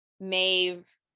Maeve